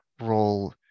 role